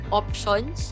options